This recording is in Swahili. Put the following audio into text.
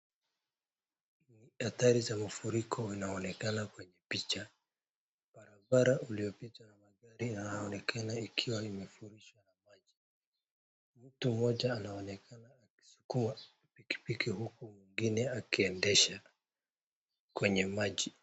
Hatari za mafuriko inaonekana kwenye picha barabara uliopitwa na magari inaonekana ikiwa imefurishwa na maji mtu mmoja anaoneka akichukua piki piki huku mwingine akiendesha kwenye maji.